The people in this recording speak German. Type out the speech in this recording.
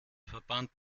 verband